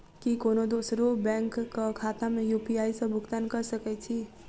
की कोनो दोसरो बैंक कऽ खाता मे यु.पी.आई सऽ भुगतान कऽ सकय छी?